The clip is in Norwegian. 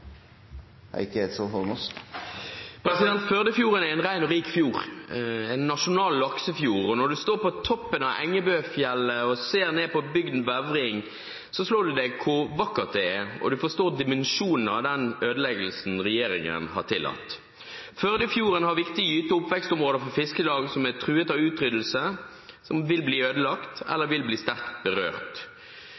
en ren og rik fjord – en nasjonal laksefjord. Når en står på toppen av Engebøfjellet og ser ned på bygden Vevring, slår det en hvor vakkert det er, og en forstår dimensjonene av den ødeleggelsen som regjeringen har tillatt. Førdefjorden har viktige gyte- og oppvekstområder for fiskeslag som er truet av utryddelse, som vil bli ødelagt, eller vil bli sterkt berørt.